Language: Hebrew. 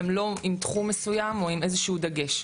הם לא עם תחום מסוים או עם איזשהו דגש.